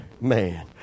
man